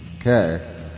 Okay